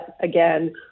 again